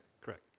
Correct